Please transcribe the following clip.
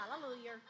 Hallelujah